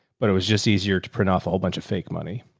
but it was just easier to print off a whole bunch of fake money.